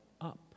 up